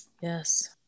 Yes